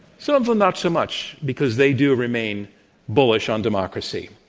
some of them not so much because they do remain bullish on democracy.